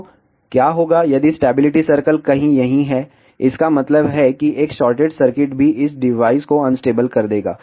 तो क्या होगा यदि स्टैबिलिटी सर्कल कहीं यहीं है इसका मतलब है कि एक शॉर्ट सर्किट भी इस डिवाइस को अनस्टेबल कर देगा